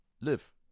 live